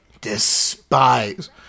despise